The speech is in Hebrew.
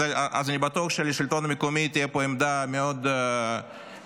אז אני בטוח שלשלטון המקומי תהיה פה עמדה מאוד מסוימת.